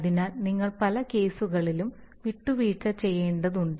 അതിനാൽ നിങ്ങൾ പല കേസുകളിലും വിട്ടുവീഴ്ച ചെയ്യേണ്ടതുണ്ട്